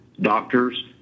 doctors